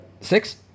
Six